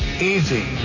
Easy